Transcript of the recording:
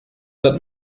that